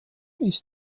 ist